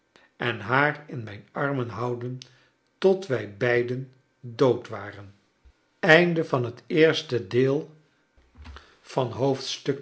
en haar in mijn armen houden tot wij beiden dood waren